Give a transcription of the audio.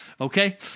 Okay